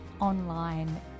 online